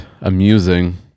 amusing